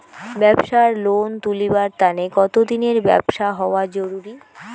ব্যাবসার লোন তুলিবার তানে কতদিনের ব্যবসা হওয়া জরুরি?